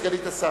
סגנית השר,